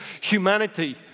humanity